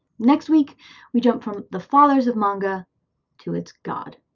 next week we jump from the fathers of manga to its god.